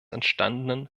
entstandenen